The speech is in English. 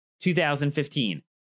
2015